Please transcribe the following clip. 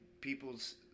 people's